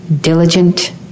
Diligent